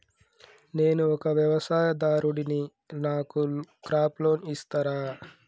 నేను ఒక వ్యవసాయదారుడిని నాకు క్రాప్ లోన్ ఇస్తారా?